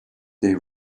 they